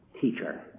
teacher